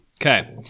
Okay